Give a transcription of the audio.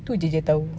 to jer dia tahu